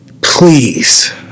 please